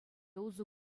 усӑ